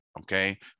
okay